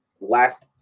last –